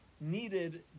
needed